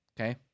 okay